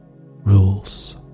rules